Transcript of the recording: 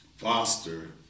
Foster